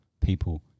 people